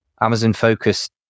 Amazon-focused